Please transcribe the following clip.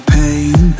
pain